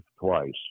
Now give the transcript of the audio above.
twice